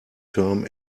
term